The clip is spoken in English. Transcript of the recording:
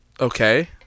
okay